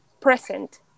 present